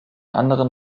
anderen